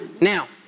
Now